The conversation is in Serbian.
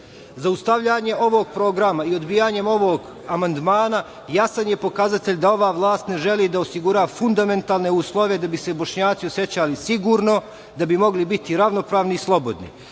Zaustavljanje ovog programa i odbijanjem ovog amandmana jasan je pokazatelj da ova vlast ne želi da osigura fundamentalne uslove da bi se Bošnjaci osećali sigurno, da bi mogli biti ravnopravni i slobodni. Podsećam